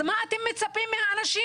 אז מה אתם מצפים מהאנשים?